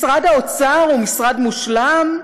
משרד האוצר הוא משרד מושלם?